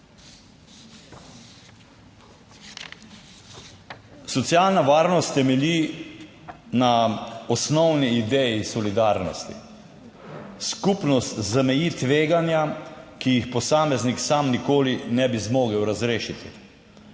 Socialna varnost temelji na osnovni ideji solidarnosti. Skupnost zameji tveganja, ki jih posameznik sam nikoli ne bi zmogel razrešiti.